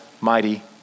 mighty